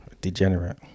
degenerate